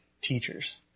teachers